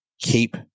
keep